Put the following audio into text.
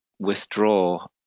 withdraw